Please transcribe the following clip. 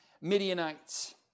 Midianites